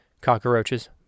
cockroaches